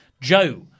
joe